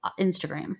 Instagram